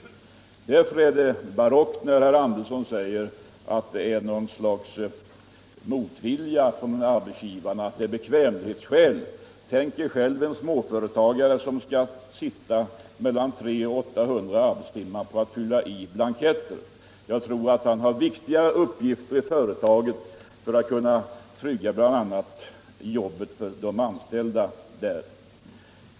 giftsskyldighet Det är därför barockt när herr Andersson säger att det är fråga om omtanke om arbetsgivarnas bekvämlighet. Tänk er själv en småföretagare som skall sitta 300-800 timmar och fylla i blanketter! Jag tror att han har viktigare uppgifter i företaget för att trygga jobbet för de anställda.